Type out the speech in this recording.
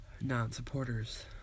non-supporters